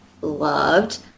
loved